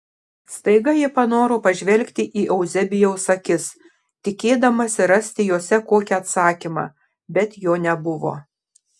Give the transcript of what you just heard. staiga ji panoro pažvelgti į euzebijaus akis tikėdamasi rasti jose kokį atsakymą bet jo nebuvo